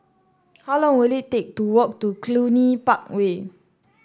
how long will it take to walk to Cluny Park Way